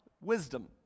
wisdom